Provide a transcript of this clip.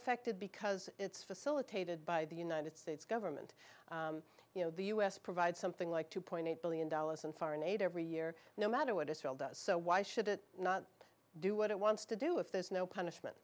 affected because it's facilitated by the united states government you know the u s provides something like two point eight billion dollars in foreign aid every year no matter what israel does so why should it not do what it wants to do if there's no punishment